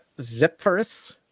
Zephyrus